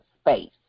space